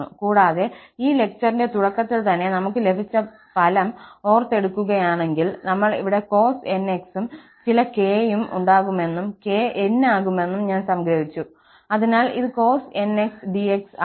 കൂടാതെ ഈ ലെക്ചറിന്റെ തുടക്കത്തിൽ തന്നെ നമുക് ലഭിച്ച ഫലം ഓർത്തെടുക്കുകയാണെങ്കിൽ നമ്മൾ ഇവിടെ cos nx ഉം ചില k യും ഉണ്ടാകുമെന്നും k n ആകുമെന്നും ഞാൻ സംഗ്രഹിച്ചു അതിനാൽ ഇത് cos nx dx ആകും